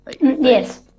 Yes